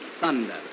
Thunder